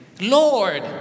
Lord